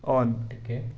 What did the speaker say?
on